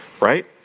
right